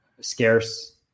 scarce